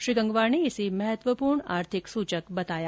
श्री गंगवार ने इसे महत्वपूर्ण आर्थिक सूचक बताया